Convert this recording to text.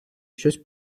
щось